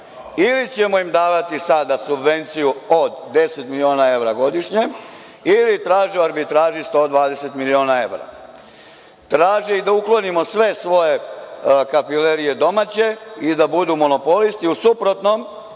ili ćemo davati sada subvenciju od 10 miliona evra godišnje ili traže u arbitraži 120 miliona evra. Traže da uklonimo sve svoje domaće kafilerije i da budu monopolisti. U suprotnom,